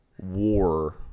war